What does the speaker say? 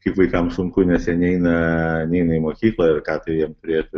kaip vaikams sunku nes jie neina neina į mokyklą ir ką tai jiem turėtų